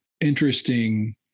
interesting